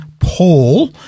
Paul